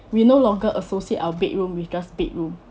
we no longer associate our bedroom with just bedroom